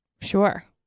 Sure